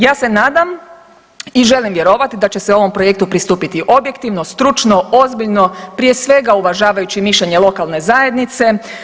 Ja se nadam i želim vjerovati da će se ovom projektu pristupiti objektivno, stručno, ozbiljno, prije svega uvažavajući mišljenje lokalne zajednice.